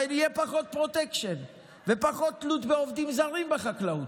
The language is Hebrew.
יהיה פחות פרוטקשן ופחות תלות בעובדים זרים בחקלאות.